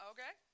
Okay